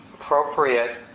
appropriate